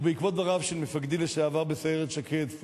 ובעקבות דבריו של מפקדי לשעבר בסיירת שקד,